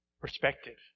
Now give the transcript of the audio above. perspective